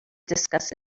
discuss